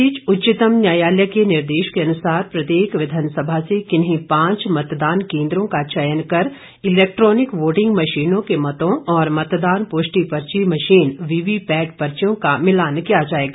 इस बीच उच्चतम न्यायालय के निर्देश के अनुसार प्रत्येक विधानसभा से किन्ही पांच मतदान केन्द्रों का चयन कर इलेक्ट्रानिक वोटिंग मशीन के मतों और मतदान पुष्टि पर्ची मशीन वीवीपैट पर्चियों का मिलान किया जाएगा